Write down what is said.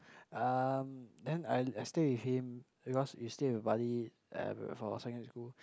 um then I I stay with him because we stay in Bali uh for secondary school